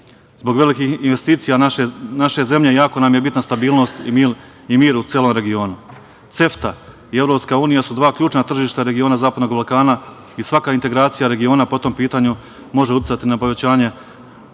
Zbog velikih investicija naše zemlje jako nam je bitna stabilnost i mir u celom regionu. Dakle, CEFTA i EU su dva ključna tržišna regiona Zapadnog Balkana i svaka integracija regiona po tom pitanju može uticati na povećanje